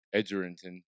Edgerton